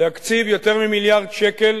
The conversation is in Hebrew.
להקציב יותר ממיליארד שקל